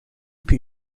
più